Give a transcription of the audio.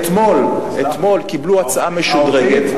אתמול קיבלו הצעה משודרגת,